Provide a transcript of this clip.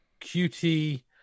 QT